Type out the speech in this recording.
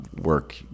work